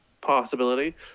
possibility